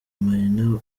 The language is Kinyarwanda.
marina